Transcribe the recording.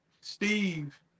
Steve